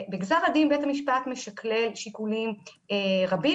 בגזר הדין בית המשפט משקלל שיקולים רבים,